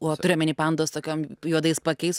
uo turi omeny pandos tokiom juodais paakiais